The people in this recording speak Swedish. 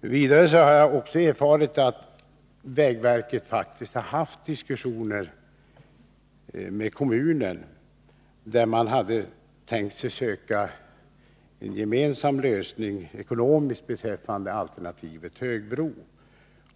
Nr 24 Vidare har jag erfarit att vägverket har haft diskussioner med kommunen Torsdagen den för att försöka finna en gemensam ekonomisk lösning av alternativet högbro.